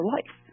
life